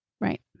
right